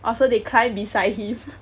orh so they climb beside him